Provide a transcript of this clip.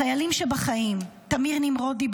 החיילים שבחיים: תמיר נמרודי,